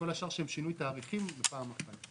שהם שינוי תאריכים, בפעם אחת.